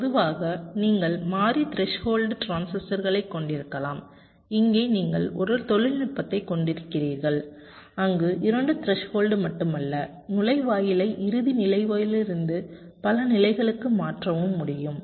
பொதுவாக நீங்கள் மாறி த்ரெஸ்ஹோல்டு டிரான்சிஸ்டர்களைக் கொண்டிருக்கலாம் இங்கே நீங்கள் ஒரு தொழில்நுட்பத்தைக் கொண்டிருக்கிறீர்கள் அங்கு இரண்டு த்ரெஸ்ஹோல்டு மட்டுமல்ல நுழைவாயிலை இறுதி நிலையிலிருந்து பல நிலைகளுக்கு மாற்றவும் முடியும்